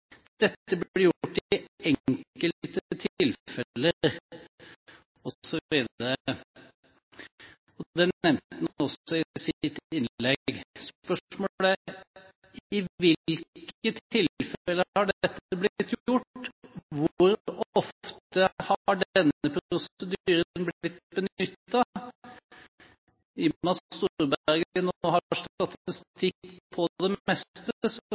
Dette blir gjort i enkelte tilfeller» osv. Det nevnte han også i sitt innlegg. Spørsmålet er: I hvilke tilfeller har dette blitt gjort? Hvor ofte har denne prosedyren blitt benyttet? I og med at Storberget nå har statistikk på det meste,